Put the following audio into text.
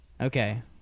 Okay